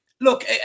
look